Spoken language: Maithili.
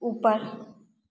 ऊपर